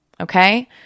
okay